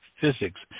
physics